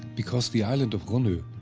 because the island of runno,